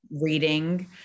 reading